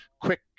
quick